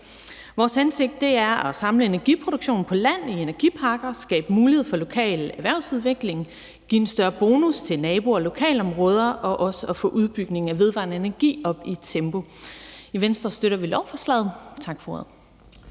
Vores hensigt er at samle energiproduktionen på land i energiparker og skabe mulighed for lokale erhvervsudvikling og give en større bonus til naboer og lokalområder og også få udbygningen af vedvarende energi op i tempo. Venstre støtter lovforslaget. Tak for ordet.